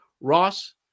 Ross